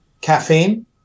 caffeine